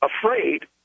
afraid